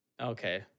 Okay